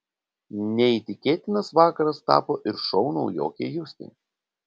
neįtikėtinas vakaras tapo ir šou naujokei justei